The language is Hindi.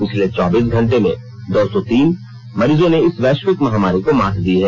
पिछले चौबीस घंटे में दो सौ तीन मरीजों ने इस वैश्विक महामारी को मात दी है